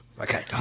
Okay